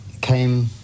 came